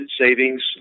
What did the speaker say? savings